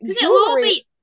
jewelry